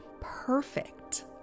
perfect